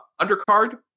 undercard